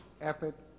effort